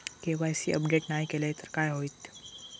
KYC update नाय केलय तर काय होईत?